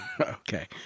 Okay